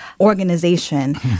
organization